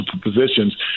positions